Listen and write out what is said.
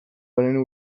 garen